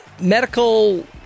Medical